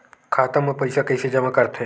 खाता म पईसा कइसे जमा करथे?